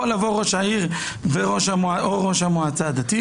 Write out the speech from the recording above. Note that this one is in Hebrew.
יכול לבוא ראש העיר או ראש המועצה הדתית